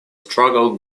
struggle